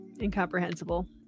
Incomprehensible